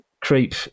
creep